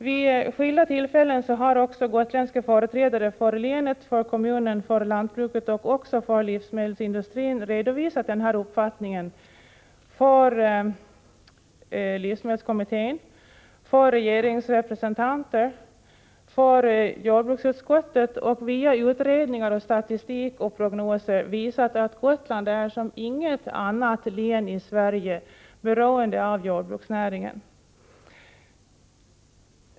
Vid skilda tillfällen har också gotländska företrädare för länet, kommunen, lantbruket och även livsmedelsindustrin redovisat sin uppfattning för livsmedelskommittén, för regeringsrepresentanter samt för jordbruksutskottet och via utredningar, statistik och prognoser visat att Gotland som inget annat län i Sverige är beroende av jordbruksnäringen.